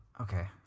Okay